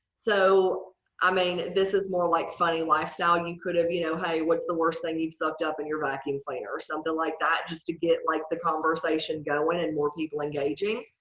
so i mean this is more like funny lifestyle. and you could have you know hey what's the worst thing you've sucked up in your vacuum cleaner? something like that just to get like the conversation going and more people engaging.